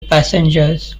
passengers